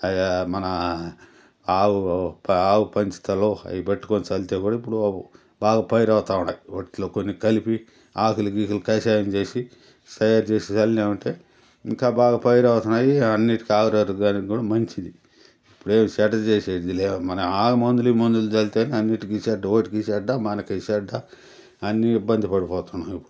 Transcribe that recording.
అవి మన ఆవు ఆవు పంచితలు అవి పెట్టుకొని చల్లితే కూడా ఇప్పుడు బాగా పైరు అవుతూ ఉండాయి వాటిలో కొన్ని కలిపి ఆకులు గీకులు కషాయం చేసి తయారు చేసి చల్లినాము అంటే ఇంకా బాగా పైరు అవుతున్నాయి అన్నిటికి ఆరోగ్యానికి కూడా మంచిది ఇప్పుడు ఏం చెడ్డ చేసేదిలే మనం ఆ మందులు ఈ మందులు చల్లితేనే అన్నిటికీ చెడ్డ వాటికి చెడ్డ మనకి చెడ్డ అన్ని ఇబ్బంది పడిపోతున్నాము ఇప్పుడు